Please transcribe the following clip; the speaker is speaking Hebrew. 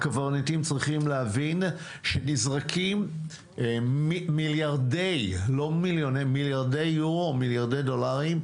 הקברניטים צריכים להבין שנזרקים מיליארדי יורו או מיליארדי דולרים,